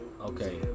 Okay